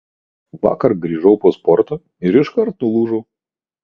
vakar grįžau po sporto ir iškart nulūžau